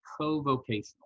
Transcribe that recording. co-vocational